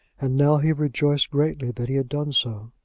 and now he rejoiced greatly that he had done so.